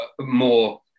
more